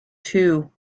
two